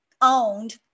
owned